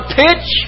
pitch